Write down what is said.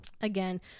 again